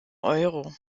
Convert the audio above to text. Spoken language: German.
euro